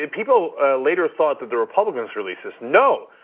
and people later thought that the republicans released this. no,